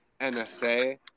NSA